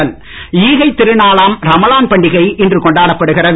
ரமலான் ஈகைத் திருநாளாம் ரமலான் பண்டிகை இன்று கொண்டாடப்படுகிறது